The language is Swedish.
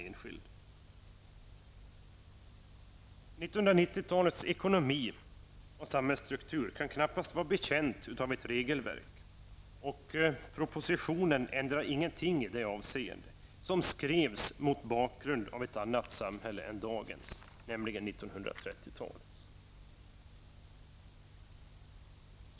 1990-talets ekonomi och samhällsstruktur kan knappast vara betjänt av ett regelverk -- propositionen ändrar ingenting i detta avseende -- som skrevs mot bakgrund av ett annat samhälle än dagens, nämligen 1930-talets.